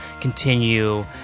continue